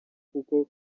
kuko